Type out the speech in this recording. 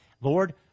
Lord